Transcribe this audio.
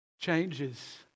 changes